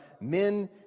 men